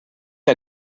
que